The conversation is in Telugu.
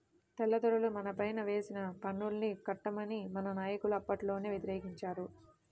తెల్లదొరలు మనపైన వేసిన పన్నుల్ని కట్టమని మన నాయకులు అప్పట్లోనే వ్యతిరేకించారు